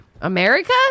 America